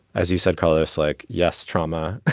as you said, call this like. yes, trauma.